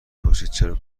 پرسیدچرا